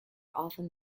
often